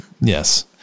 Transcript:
Yes